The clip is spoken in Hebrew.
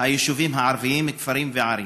היישובים הערביים, כפרים וערים.